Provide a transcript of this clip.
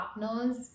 partners